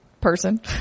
person